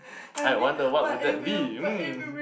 I wonder what would that be mm